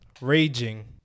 Raging